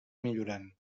millorant